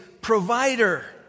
provider